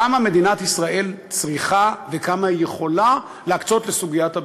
כמה מדינת ישראל צריכה וכמה היא יכולה להקצות לסוגיית הביטחון,